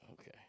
okay